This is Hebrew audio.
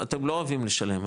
אתם לא אוהבים לשלם,